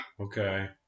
okay